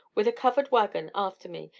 with a covered waggon after me,